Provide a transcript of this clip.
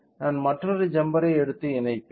நான் மற்றொரு ஜம்பரை எடுத்து இணைப்பேன்